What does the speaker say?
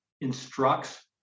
instructs